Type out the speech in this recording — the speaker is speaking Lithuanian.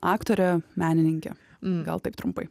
aktorė menininkė gal taip trumpai